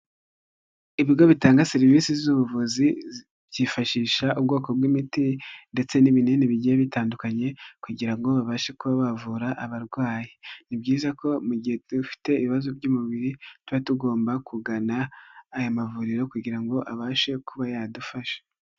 Ibigo bitanga serivisi z'ubuvuzi byifashisha ubwoko bw'imiti ndetse n'ibinini bigiye bitandukanye kugira ngo babashe kuba bavura abarwayi, ni byiza ko mu gihe dufite ibibazo by'umubiri tuba tugomba kugana aya mavuriro kugira ngo abashe kuba yadufasha.